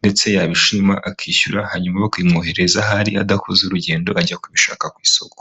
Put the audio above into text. ndetse yabishima akishyura hanyuma bakamwohereza ahari adakoza urugendo ajya kubishaka ku isoko.